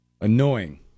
annoying